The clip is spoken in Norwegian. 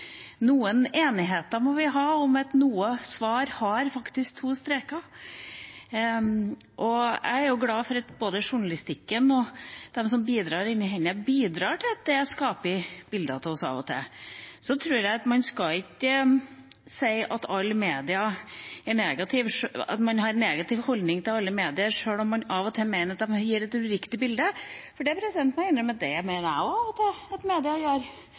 noen sannheter må finnes. Noen enigheter må vi ha om at noen svar faktisk har to streker under seg. Jeg er glad for både journalistikken og de andre som av og til bidrar til å skape bilder til oss. Så tror jeg at man ikke skal si at man har en negativ holdning til alle medier sjøl om man av og til mener at de gir et uriktig bilde. Det må jeg innrømme at jeg også av og til mener at mediene gjør – at de gir et uriktig bilde, en feil vinkling eller lignende. Men det